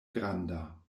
granda